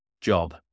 job